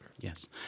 Yes